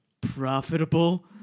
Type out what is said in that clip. profitable